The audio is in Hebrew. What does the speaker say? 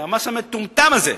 מהמס המטומטם הזה.